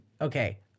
okay